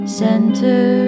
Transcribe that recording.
center